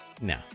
No